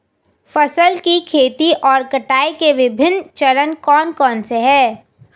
फसल की खेती और कटाई के विभिन्न चरण कौन कौनसे हैं?